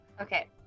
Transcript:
okay